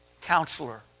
Counselor